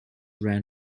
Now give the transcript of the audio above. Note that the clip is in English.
ran